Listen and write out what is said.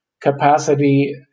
capacity